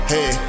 Hey